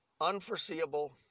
unforeseeable